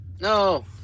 No